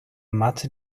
mathe